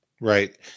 Right